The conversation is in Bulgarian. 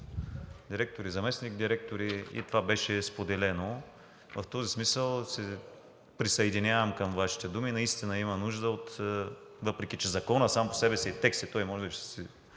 директори, заместник-директори и това беше споделено. В този смисъл се присъединявам към Вашите думи. Наистина има нужда, въпреки че Законът сам по себе си е текст и той може да се чете